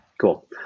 Cool